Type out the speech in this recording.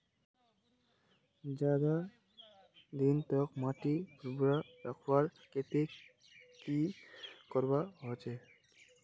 ज्यादा दिन तक माटी भुर्भुरा रखवार केते की करवा होचए?